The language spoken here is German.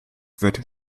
wird